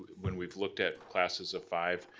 when we've looked at classes of five,